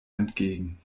entgegen